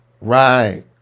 Right